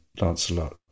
Lancelot